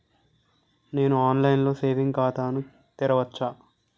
నేను online లో saving ఖాతా ను తెరవచ్చా?